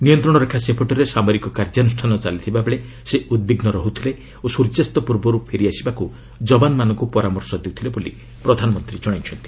ନିୟନ୍ତ୍ରଣ ରେଖା ସେପଟରେ ସାମରିକ କାର୍ଯ୍ୟାନୃଷ୍ଣାନ ଚାଲିଥିବାବେଳେ ସେ ଉଦ୍ବିଗ୍ର ରହ୍ନ୍ଦୁଲେ ଓ ସ୍ୱର୍ଯ୍ୟାସ୍ତ ପୂର୍ବରୁ ଫେରିଆସିବାକୁ ସେମାନଙ୍କୁ ପରାମର୍ଶ ଦେଉଥିଲେ ବୋଲି ପ୍ରଧାନମନ୍ତ୍ରୀ ଜଣାଇଛନ୍ତି